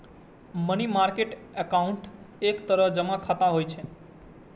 money market account एक तरह जमा खाता होइ छै